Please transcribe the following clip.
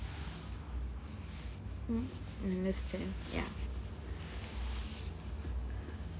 mm I understand ya